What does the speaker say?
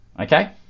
okay